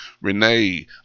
Renee